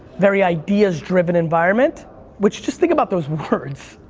very ideas-driven environment which just think about those words.